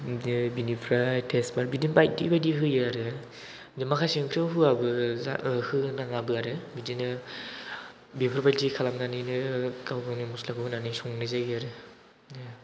बिदि बिनिफ्राय टेसपाट बिदिनो बायदि बायदि होयो आरो बिदिनो माखासे ओंख्रियाव होआबो होनाङाबो आरो बिदिनो बेफोरबायदि खालामनानैनो गावगावनि मस्लाखौ होनानै संनाय जायो आरो